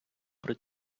при